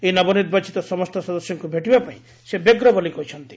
ଏହି ନବନିର୍ବାଚିତ ସମସ୍ତ ସଦସ୍ୟକୁ ଭେଟିବା ପାଇଁ ସେ ବ୍ୟଗ୍ର ବୋଲି କହିଛନ୍ତି